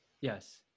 Yes